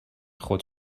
خود